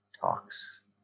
talks